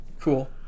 Cool